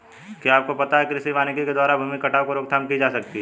क्या आपको पता है कृषि वानिकी के द्वारा भूमि कटाव की रोकथाम की जा सकती है?